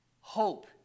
hope